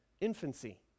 infancy